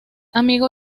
amigo